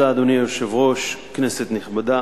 אדוני היושב-ראש, תודה, כנסת נכבדה,